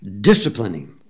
disciplining